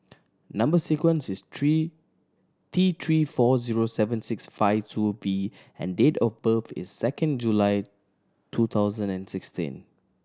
number sequence is three T Three four zero seven six five two V and date of birth is second July two thousand and sixteen